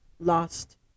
lost